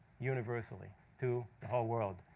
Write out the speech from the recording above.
universally, to the whole world.